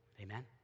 Amen